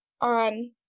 on